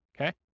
okay